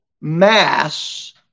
mass